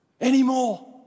anymore